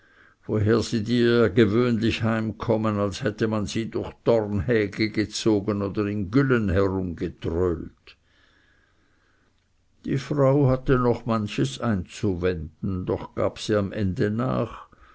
woher sie dir ja gewöhnlich heimkommen als hätte man sie durch dornhäge gezogen und in güllen herumgetröhlt die frau hatte noch manches einzuwenden doch gab sie am ende nach